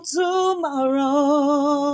tomorrow